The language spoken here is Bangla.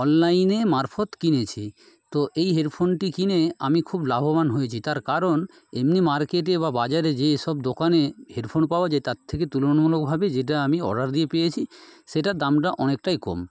অনলাইন মারফত কিনেছি তো এই হেডফোনটি কিনে আমি খুব লাভবান হয়েছি তার কারণ এমনি মার্কেটে বা বাজারে যেই সব দোকানে হেডফোন পাওয়া যায় তার থেকে তুলনামূলকভাবে যেটা আমি অর্ডার দিয়ে পেয়েছি সেটার দামটা অনেকটাই কম